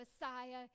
Messiah